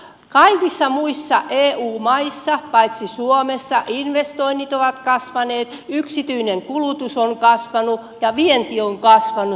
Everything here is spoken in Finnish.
kaikissa muissa eu maissa paitsi suomessa investoinnit ovat kasvaneet yksityinen kulutus on kasvanut ja vienti kasvanut